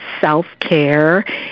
self-care